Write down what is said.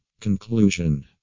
Conclusion